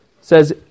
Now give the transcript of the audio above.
says